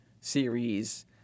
Series